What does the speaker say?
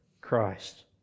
Christ